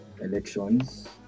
elections